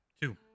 Two